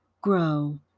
grow